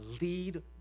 lead